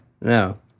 No